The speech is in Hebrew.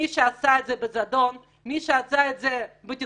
מי עשה את זה בזדון, מי עשה את זה בתכנון,